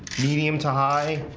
medium to high